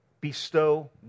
bestow